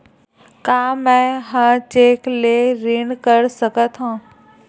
का मैं ह चेक ले ऋण कर सकथव?